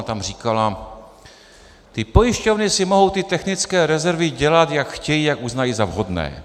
Ona tam říkala: Ty pojišťovny si mohou ty technické rezervy dělat, jak chtějí, jak uznají za vhodné.